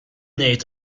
ngħid